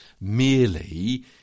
merely